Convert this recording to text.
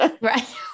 Right